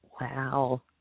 Wow